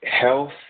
health